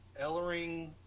ellering